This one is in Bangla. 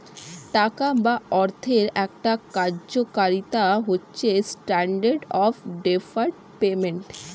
টাকা বা অর্থের একটা কার্যকারিতা হচ্ছে স্ট্যান্ডার্ড অফ ডেফার্ড পেমেন্ট